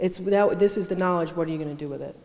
it's this is the knowledge what are you going to do with it